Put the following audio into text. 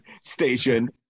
station